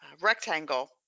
rectangle